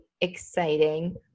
exciting